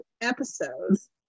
episodes